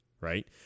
Right